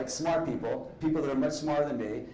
like smart people, people who are much smarter than me,